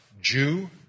Jew